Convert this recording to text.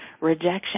rejection